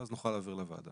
ואז נוכל להעביר לוועדה.